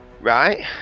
Right